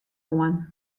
oan